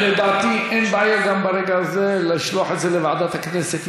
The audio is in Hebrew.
אין בעיה גם ברגע זה לשלוח את זה לוועדת הכנסת.